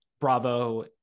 Bravo